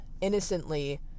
innocently